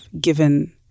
given